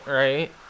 right